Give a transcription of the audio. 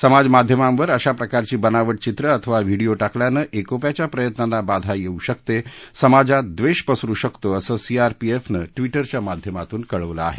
समाजमाध्यमावर अशाप्रकारची बनावट चित्रं अथवा व्हिडीओ टाकल्यानं एकोप्याच्या प्रयत्नांना बाधा येऊ शकते समाजात द्वेष पसरु शकतो असं सीआरपीएफनं ट्विटरच्या माध्यमातून कळवलं आहे